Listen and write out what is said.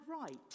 right